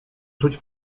czuć